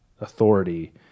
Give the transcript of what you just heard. authority